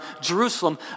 Jerusalem